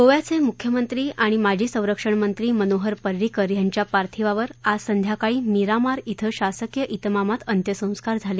गोव्याचे मुख्यमंत्री आणि माजी संरक्षणमंत्री मनोहर परिंकर यांच्या पार्थिवावर आज संध्याकाळी मीरामार ॐ शासकीय विमामात अंत्यसंस्कार झाले